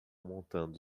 montando